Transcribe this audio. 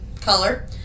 color